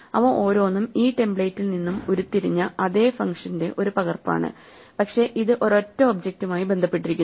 അവ ഓരോന്നും ഈ ടെംപ്ലേറ്റിൽ നിന്നും ഉരുത്തിരിഞ്ഞ അതേ ഫംഗ്ഷന്റെ ഒരു പകർപ്പാണ് പക്ഷേ ഇത് ഒരൊറ്റ ഒബ്ജക്റ്റുമായി ബന്ധപ്പെട്ടിരിക്കുന്നു